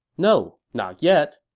no, not yet.